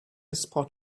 spot